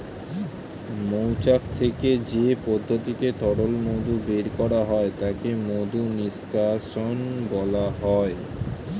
মৌচাক থেকে যে পদ্ধতিতে তরল মধু বের করা হয় তাকে মধু নিষ্কাশণ বলা হয়